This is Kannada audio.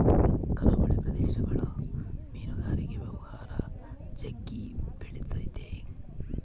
ಕರಾವಳಿ ಪ್ರದೇಶಗುಳಗ ಮೀನುಗಾರಿಕೆ ವ್ಯವಹಾರ ಜಗ್ಗಿ ಬೆಳಿತತೆ